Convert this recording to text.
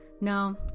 No